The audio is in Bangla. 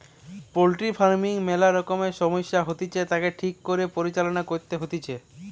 পোল্ট্রি ফার্মিং ম্যালা রকমের সমস্যা হতিছে, তাকে ঠিক করে পরিচালনা করতে হইতিছে